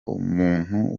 umuntu